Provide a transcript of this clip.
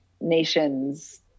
nations